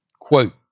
Quote